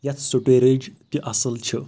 یتھ سٹوریج تہِ اصل چھِ